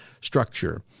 structure